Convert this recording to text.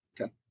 Okay